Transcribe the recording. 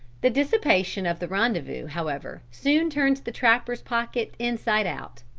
the dissipation of the rendezvous, however, soon turns the trapper's pocket inside out.